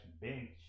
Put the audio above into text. bench